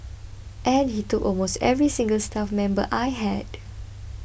and he took almost every single staff member I had